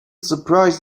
surprised